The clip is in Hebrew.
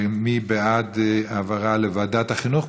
מי בעד העברה לוועדת החינוך?